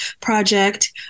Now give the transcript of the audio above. project